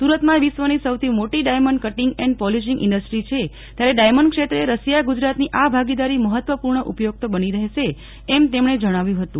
સુરતમાં વિશ્વની સૌથી મોટી diamond cutting and polishing industry છે ત્યારે ડાયમંડ ક્ષેત્રે રશિયા ગુજરાતની આ ભાગીદારી મહત્વપૂર્ણ ઉપયુક્ત બની રહેશે એમ તેમણે જણાવ્યું હતું